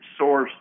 sourced